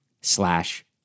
slash